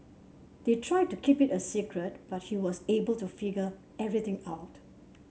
they tried to keep it a secret but he was able to figure everything out